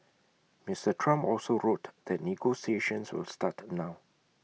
Mister Trump also wrote that negotiations will start now